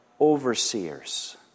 overseers